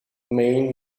maine